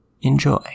Enjoy